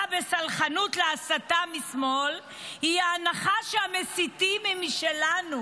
בסלחנות להסתה משמאל היא ההנחה שהמסיתים הם משלנו.